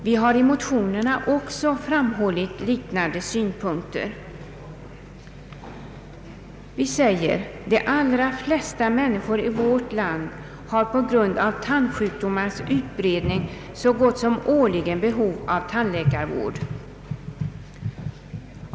Vi har i motionerna också framhållit liknande synpunkter. Där sägs sålunda bl.a. följande: ”De allra flesta människor i vårt land har på grund av tandsjukdomarnas utbredning så gott som årligen behov av tandläkarvård.